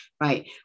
right